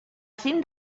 cim